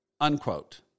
unquote